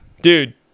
dude